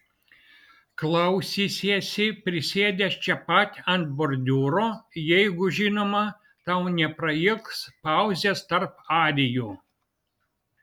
klausysiesi prisėdęs čia pat ant bordiūro jeigu žinoma tau neprailgs pauzės tarp arijų